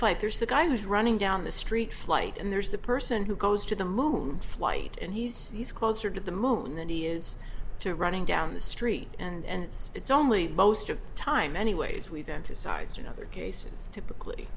flight there's the guy who's running down the street flight and there's the person who goes to the moon slight and he's closer to the moon than he is to running down the street and it's only most of the time anyways we've emphasized in other cases typically